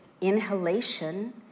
inhalation